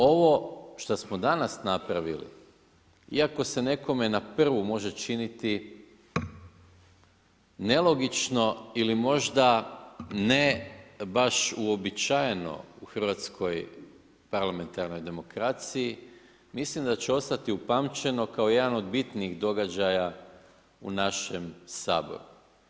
Ovo što smo danas napravili iako se nekom na prvu može činiti nelogično ili možda ne baš uobičajeno u hrvatskom parlamentarnoj demokraciji, mislim da će ostati upamćeno kao jedan od bitnih događaja u našem Saboru.